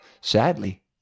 Sadly